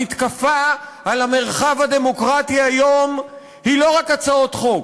המתקפה על המרחב הדמוקרטי היום היא לא רק הצעות חוק,